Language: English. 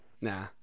nah